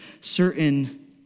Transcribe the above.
certain